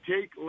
take